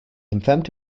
confirmed